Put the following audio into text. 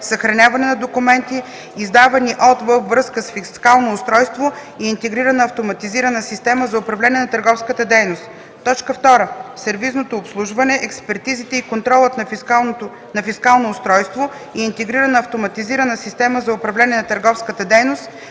съхраняване на документи, издавани от/във връзка с фискално устройство и интегрирана автоматизирана система за управление на търговската дейност; 2. сервизното обслужване, експертизите и контролът на фискално устройство и интегрирана автоматизирана система за управление на търговската дейност,